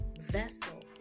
vessel